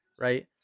right